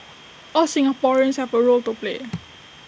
all Singaporeans have A role to play